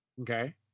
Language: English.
Okay